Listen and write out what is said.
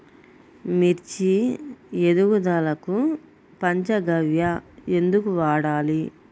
మిర్చి ఎదుగుదలకు పంచ గవ్య ఎందుకు వాడాలి?